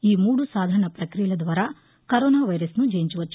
ఈ మూడు సాధారణ ప్రక్రియల ద్వారా కరోనా వైరస్ను జయించవచ్చు